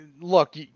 Look